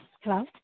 Hello